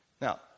Now